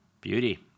Beauty